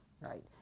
right